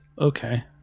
Okay